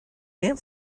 and